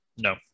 No